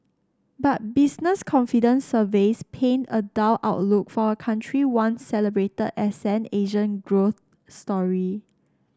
but business confidence surveys paint a dull outlook for a country once celebrated as an Asian growth story